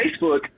Facebook